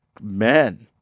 men